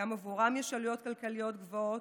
גם עבורן יש עלויות כלכליות גבוהות,